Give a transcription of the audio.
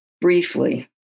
briefly